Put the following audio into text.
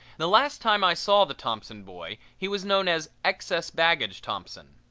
the last time i saw the thompson boy he was known as excess-baggage thompson.